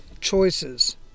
choices